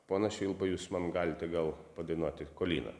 ponas švilpa jūs man galite gal padainuoti koliną